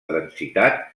densitat